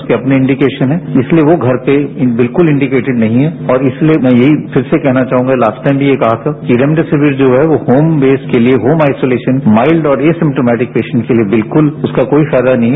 उसके अपने इंडिकेशन हैं इसलिए वो घर पर बिल्कुल इंडिकेटेड नहीं हैं और इसलिए मैं यही फिर से कहना चाहूंगा कि लास्ट टाइम भी ये कहा था कि रेमडेसिविर जो है वो होम बेस के लिए होम आइसोलेशन माइल्ड और एसिम्टोमेटिक पेशेंट के लिए बिल्कुल उसका कोई फायदा नहीं है